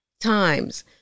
times